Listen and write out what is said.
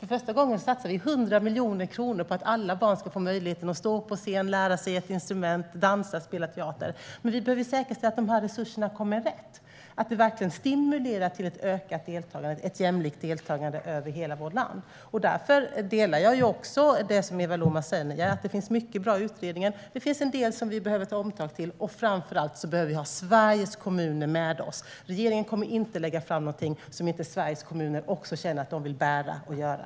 För första gången satsar vi 100 miljoner kronor på att alla barn ska få möjligheten att stå på scen och få lära sig ett instrument, lära sig att dansa eller spela teater. Vi behöver säkerställa att dessa resurser hamnar rätt och att de verkligen stimulerar till ett ökat och jämlikt deltagande över hela vårt land. Jag håller med om det som Eva Lohman säger: Det finns mycket i utredningen som är bra, men det fick även en del områden där vi behöver ta omtag. Framför allt behöver vi ha Sveriges kommuner med oss. Regeringen kommer inte att lägga fram någonting som inte Sveriges kommuner också känner att de vill bära och göra.